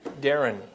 Darren